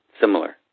similar